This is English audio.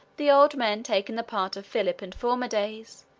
the old men taking the part of philip and former days,